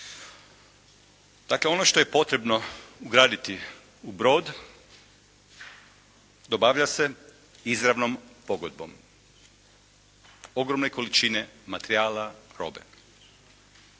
Dakle, ono što je potrebno ugraditi u brod dobavlja se izravnom pogodbom. Ogromne količine materijala, robe.